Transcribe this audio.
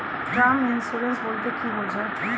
Term insurance বলতে কী বোঝায়?